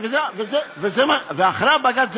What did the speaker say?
ואחרי הבג"ץ,